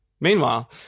Meanwhile